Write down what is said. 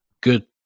good